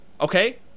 okay